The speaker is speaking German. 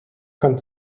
kann